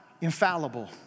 infallible